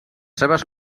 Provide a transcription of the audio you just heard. seves